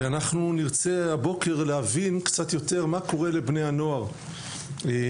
ואנחנו נרצה הבוקר להבין קצת יותר מה קורה לבני הנוער כאשר